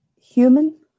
human